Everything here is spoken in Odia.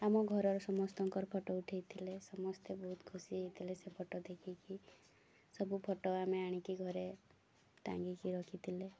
ଆମ ଘରର ସମସ୍ତଙ୍କର ଫଟୋ ଉଠାଇଥିଲେ ସମସ୍ତେ ବହୁତ ଖୁସି ହୋଇଥିଲେ ସେ ଫଟୋ ଦେଖିକି ସବୁ ଫଟୋ ଆମେ ଆଣିକି ଘରେ ଟାଙ୍ଗିକି ରଖିଥିଲେ